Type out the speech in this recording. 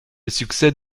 succès